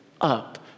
up